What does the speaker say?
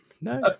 No